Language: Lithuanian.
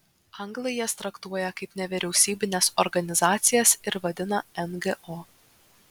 anglai jas traktuoja kaip nevyriausybines organizacijas ir vadina ngo